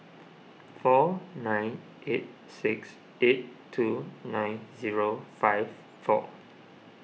four nine eight six eight two nine zero five four